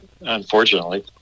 unfortunately